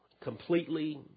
completely